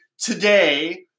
today